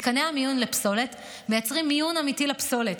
מתקני המיון לפסולת מייצרים מיון אמיתי לפסולת.